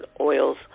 oils